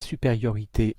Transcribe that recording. supériorité